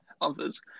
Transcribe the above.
others